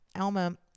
Alma